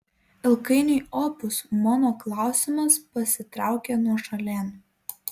ilgainiui opus mano klausimas pasitraukė nuošalėn